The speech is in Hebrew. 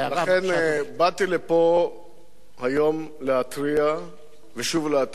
לכן באתי לפה היום להתריע ושוב להתריע.